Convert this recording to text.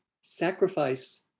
sacrifice